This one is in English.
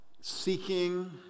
seeking